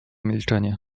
milczenie